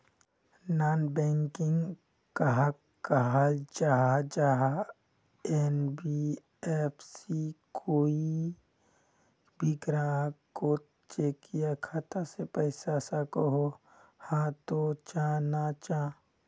Non banking कहाक कहाल जाहा जाहा एन.बी.एफ.सी की कोई भी ग्राहक कोत चेक या खाता से पैसा सकोहो, हाँ तो चाँ ना चाँ?